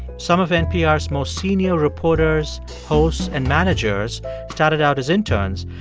some of npr's most senior reporters, hosts and managers started out as interns,